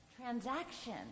transaction